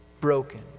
Broken